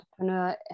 entrepreneur